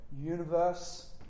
universe